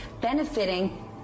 benefiting